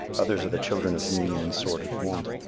others are the children of mean and sordid want.